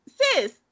sis